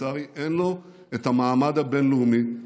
לצערי אין לו את המעמד הבין-לאומי,